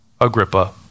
Agrippa